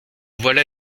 voilà